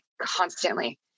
constantly